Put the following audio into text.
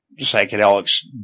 psychedelics